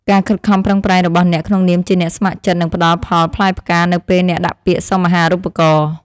ការខិតខំប្រឹងប្រែងរបស់អ្នកក្នុងនាមជាអ្នកស្ម័គ្រចិត្តនឹងផ្តល់ផលផ្លែផ្កានៅពេលអ្នកដាក់ពាក្យសុំអាហារូបករណ៍។